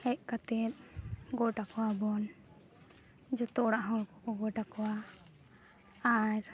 ᱦᱮᱡ ᱠᱟᱛᱮᱫ ᱜᱚᱰ ᱟᱠᱚᱣᱟᱵᱚᱱ ᱡᱚᱛᱚ ᱚᱲᱟᱜ ᱦᱚᱲᱠᱚᱠᱚ ᱜᱚᱰ ᱟᱠᱚᱣᱟ ᱟᱨ